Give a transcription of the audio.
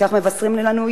כך מבשרים לנו,